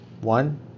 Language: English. One